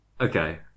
Okay